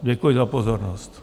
Děkuji za pozornost.